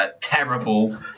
terrible